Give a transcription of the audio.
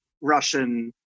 Russian